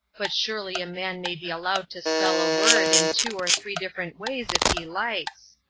but surely a man may be allowed to spell a word in two or three different ways if he likes!